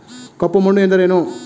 ಕಪ್ಪು ಮಣ್ಣು ಎಂದರೇನು?